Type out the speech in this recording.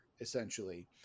essentially